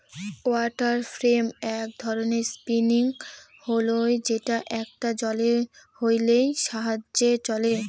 water frame এক ধরনের spinning wheel যেটা একটা জলের হুইলের সাহায্যে চলে